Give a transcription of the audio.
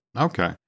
Okay